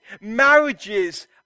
Marriages